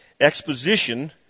exposition